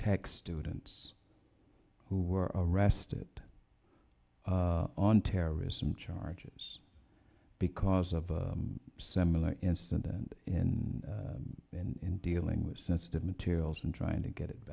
tech students who were arrested on terrorism charges because of similar incident and in dealing with sensitive materials and trying to get it